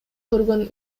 көргөн